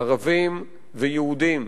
ערבים ויהודים,